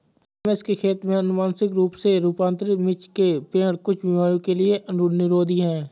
रमेश के खेत में अनुवांशिक रूप से रूपांतरित मिर्च के पेड़ कुछ बीमारियों के लिए निरोधी हैं